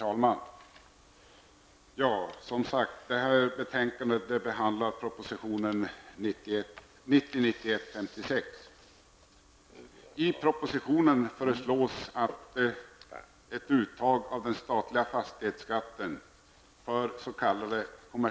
Herr talman! Detta betänkande behandlar proposition 1990/91:56. I propositionen föreslås att uttaget av den statliga fastighetsskatten för s.k.